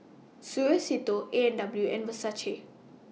Suavecito A and W and Versace